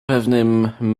pewnym